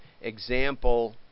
example